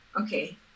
okay